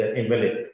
invalid